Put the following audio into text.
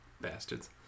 Bastards